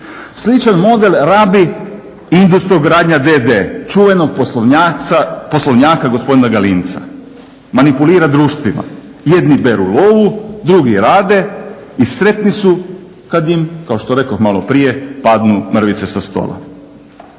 Sličan model rabi i Industrogradnja d.d., čuvenog poslovnjaka gospodina Galinca, manipulira društvima. Jedni beru lovu, drugi rade i sretni su kad im kao što rekoh maloprije padnu mrvice sa stola.